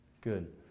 Good